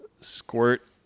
squirt